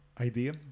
idea